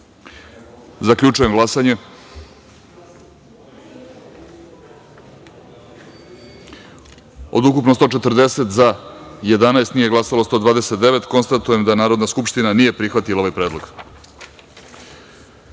jedinici. Zaključujem glasanje: od ukupno 140, za – 11, nije glasalo 129.Konstatujem da Narodna skupština nije prihvatila ovaj predlog. Narodni